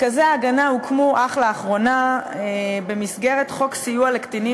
מרכזי ההגנה הוקמו אך לאחרונה במסגרת חוק סיוע לקטינים